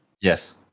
Yes